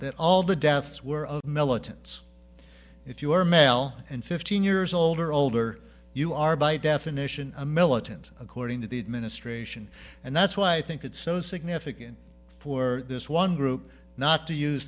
that all the deaths were of militants if you are male and fifteen years old or older you are by definition a militant according to the administration and that's why i think it's so significant for this one group not to use